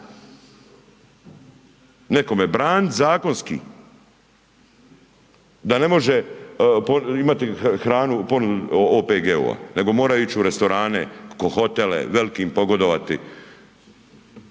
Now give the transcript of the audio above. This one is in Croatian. nekome, branit zakonski da ne može imati hranu u ponudi OPG-ova nego moraju ić u restorane, hotele, velikim pogodovati.